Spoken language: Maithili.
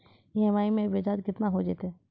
ई.एम.आई मैं ब्याज केतना हो जयतै?